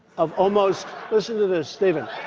of almost listen to this, stephen.